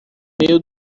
meio